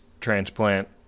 transplant